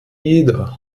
jeder